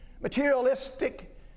materialistic